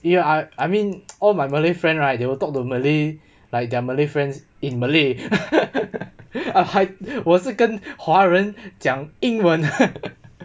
ya I I mean all my malay friend right they will talk to malay like their malay friends in malay 我是跟华人讲英文